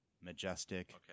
majestic